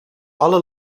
alle